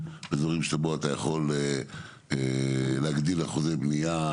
באזורים שבו אתה יכול להגדיל אחוזי בניה,